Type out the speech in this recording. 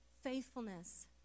faithfulness